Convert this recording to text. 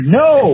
no